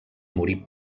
morir